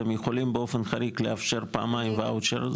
אתם יכולים באופן חריג לאפשר פעמיים ואוצ'ר?